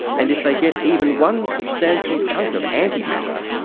and if they get even one substantial chunk of antimatter,